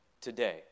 today